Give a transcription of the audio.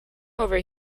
over